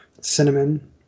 cinnamon